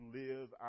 live